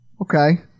Okay